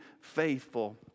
faithful